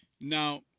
Now